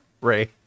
Ray